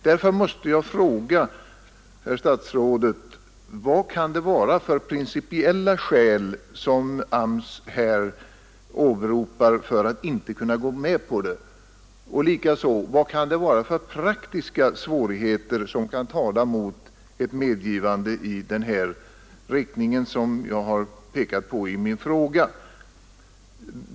Därför måste jag fråga herr statsrådet: Vad kan det vara för principiella skäl som arbetsmarknadsstyrelsen här åberopar för att inte kunna gå med på det? Och likaså: Vad kan det vara för praktiska svårigheter som kan tala mot ett medgivande i den riktning som jag pekat på i min fråga?